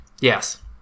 Yes